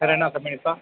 வேறு என்ன கம்பெனிப்பா